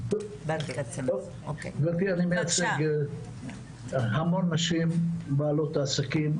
אני מייצג המון נשים בעלות עסקים,